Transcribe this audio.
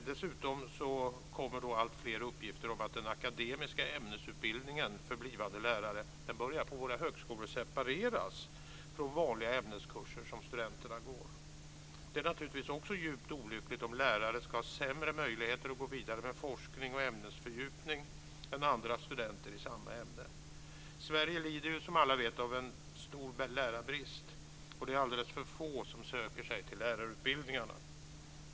Dessutom kommer alltfler uppgifter om att den akademiska ämnesutbildningen för blivande lärare börjar separeras från vanliga ämneskurser som studenterna går på våra högskolor. Det är naturligtvis också djupt olyckligt om lärare ska ha sämre möjligheter att gå vidare med forskning och ämnesfördjupning än andra studenter i samma ämne. Sverige lider, som alla vet, av en stor lärarbrist. Det är alldeles för få som söker sig till lärarutbildningarna.